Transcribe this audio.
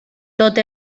tot